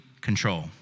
control